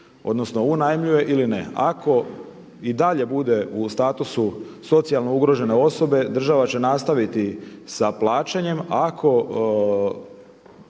odnosno unajmljuje ili ne. Ako i dalje bude u statusu socijalno ugrožene osobe država će nastaviti sa plaćanjem, ako